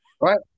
Right